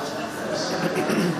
בפחם